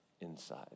inside